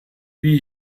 wie